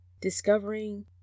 discovering